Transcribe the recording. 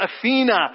Athena